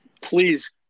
please